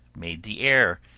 made the air,